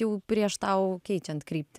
jau prieš tau keičiant kryptį